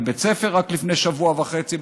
בבית ספר בדרום תל אביב רק לפני שבוע וחצי,